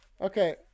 Okay